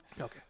Okay